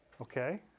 Okay